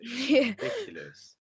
Ridiculous